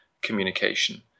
communication